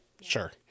Sure